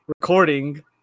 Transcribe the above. recording